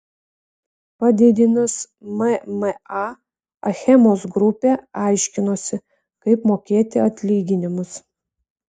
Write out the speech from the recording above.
padidinus mma achemos grupė aiškinosi kaip mokėti atlyginimus